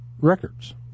records